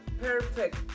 perfect